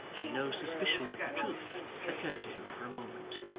and no suspicion of the truth occurred to him for a moment.